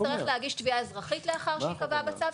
שלא נצטרך להגיש תביעה אזרחית לאחר שזה ייקבע בצו.